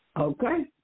Okay